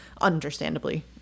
understandably